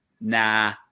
nah